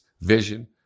vision